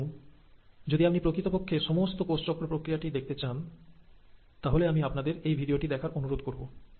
এবং যদি আপনি প্রকৃতপক্ষে সমস্ত কোষচক্র প্রক্রিয়াটি দেখতে চান তাহলে আমি আপনাদের এই ভিডিওটি দেখার অনুরোধ করবো